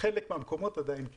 חלק מהמקומות עדיין כן.